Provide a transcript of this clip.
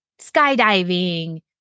skydiving